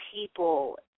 people